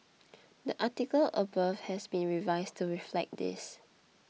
the article above has been revised to reflect this